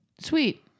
sweet